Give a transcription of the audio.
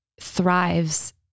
thrives